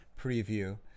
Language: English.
preview